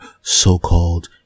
so-called